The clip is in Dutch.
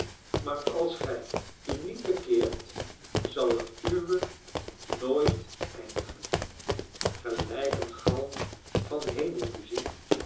maar als gij u niet bekeert zal het uwe nooit eindigen gelijk een galm van